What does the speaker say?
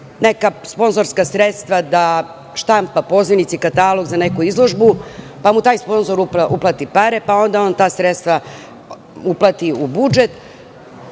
neka sponzorska sredstva da štampa pozivnice i katalog za neku izložbu, pa mu taj sponzor uplati pare, pa onda on ta sredstva uplati u budžet